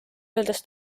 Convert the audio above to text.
öeldes